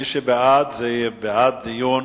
מי שבעד, זה יהיה בעד דיון